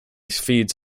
feeds